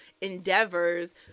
endeavors